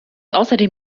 außerdem